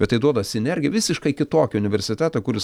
bet tai duoda sinergiją visiškai kitokio universiteto kuris